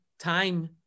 time